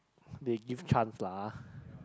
they give chance lah